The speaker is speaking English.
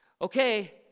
Okay